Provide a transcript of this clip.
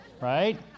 right